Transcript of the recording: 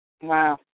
Wow